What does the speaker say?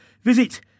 visit